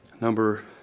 number